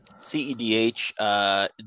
CEDH